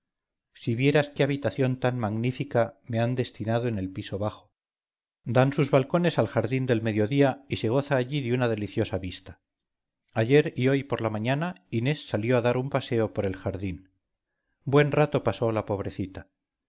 si vieras qué habitación tan magnífica me han destinado en el piso bajo dan sus balcones al jardín del mediodía y se goza allí de una deliciosa vista ayer y hoy por la mañana inés salió a dar un paseo por el jardín buen rato pasó la pobrecita